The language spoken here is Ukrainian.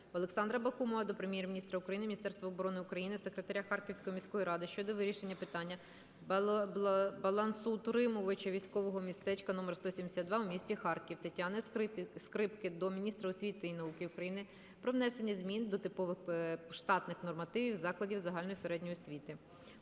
Олександра Бакумова до Прем'єр-міністра України, Міністерства оборони України, секретаря Харківської міської ради щодо вирішення питання балансоутримувача військового містечка №172 у місті Харків. Тетяни Скрипки до міністра освіти і науки України про внесення змін до Типових штатних нормативів закладів загальної середньої освіти.